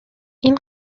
این